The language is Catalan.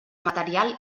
material